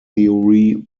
theory